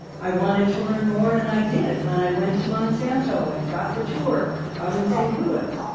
i wanted to learn more, and i did when i went to monsanto and got the tour out in st. louis.